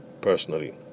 personally